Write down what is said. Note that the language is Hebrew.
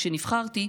כשנבחרתי,